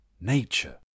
nature